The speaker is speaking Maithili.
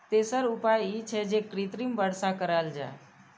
तेसर उपाय ई छै, जे कृत्रिम वर्षा कराएल जाए